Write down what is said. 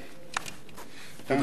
תודה, אדוני.